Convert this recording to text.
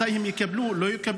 מתי הם יקבלו או לא יקבלו.